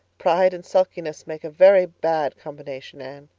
pride and sulkiness make a very bad combination, anne.